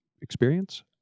experience